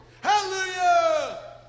Hallelujah